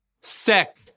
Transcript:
Sick